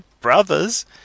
brothers